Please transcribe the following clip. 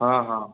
ହଁ ହଁ